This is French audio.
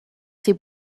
ses